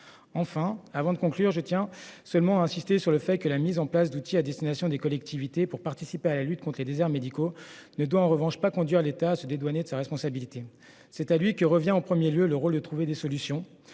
Enfin, avant de conclure, je tiens à insister sur le fait que la mise en place d'outils à destination des collectivités pour participer à la lutte contre les déserts médicaux ne doit pas conduire l'État à se dédouaner de sa responsabilité. C'est à lui que revient en premier lieu le rôle de trouver des solutions,